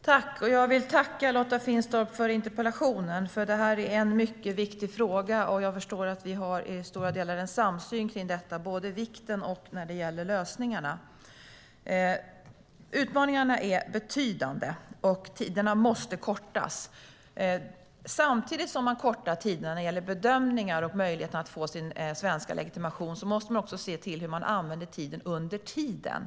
Herr talman! Jag tackar Lotta Finstorp för interpellationen. Det är en mycket viktig fråga, och jag förstår att vi i stora delar har en samsyn både vad gäller vikten av den och lösningarna på den. Utmaningarna är betydande, och tiderna måste kortas. Samtidigt som man kortar tiderna när det gäller bedömningar och möjligheten att få sin svenska legitimation måste man också se till hur tiden används under tiden.